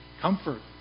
comfort